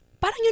Parang